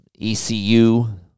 ECU